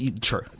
True